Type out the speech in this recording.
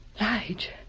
Lige